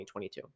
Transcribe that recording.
2022